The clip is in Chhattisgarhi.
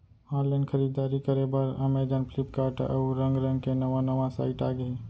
ऑनलाईन खरीददारी करे बर अमेजॉन, फ्लिपकार्ट, अउ रंग रंग के नवा नवा साइट आगे हे